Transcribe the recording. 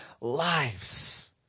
lives